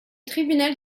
tribunal